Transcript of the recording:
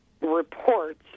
reports